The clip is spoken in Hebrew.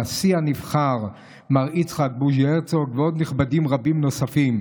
הנשיא הנבחר מר יצחק בוז'י הרצוג ועוד נכבדים רבים נוספים.